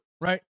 right